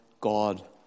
God